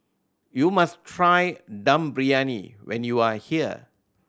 you must try Dum Briyani when you are here